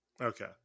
Okay